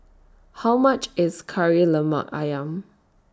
How much IS Kari Lemak Ayam